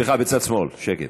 סליחה, בצד שמאל, שקט.